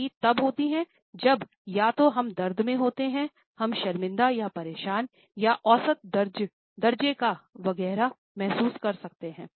बाकी तब होती है जब या तो हम दर्द में होते हैंहम शर्मिंदा या परेशान या औसत दर्जे का वगैरह महसूस कर सकते हैं